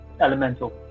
elemental